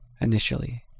initially